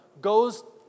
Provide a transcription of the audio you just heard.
goes